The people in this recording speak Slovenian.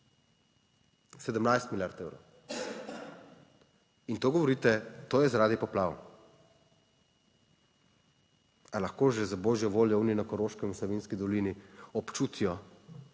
17 milijard evrov. In to govorite, to je zaradi poplav. Ali lahko že, za božjo voljo oni na Koroškem v Savinjski dolini občutijo